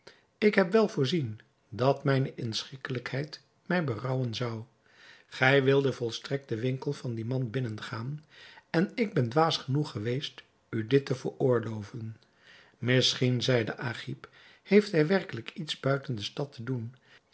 ik heb wel voorzien dat mijne inschikkelijkheid mij berouwen zou gij wildet volstrekt den winkel van dien man binnen gaan en ik ben dwaas genoeg geweest u dit te veroorloven misschien zeide agib heeft hij werkelijk iets buiten de stad te doen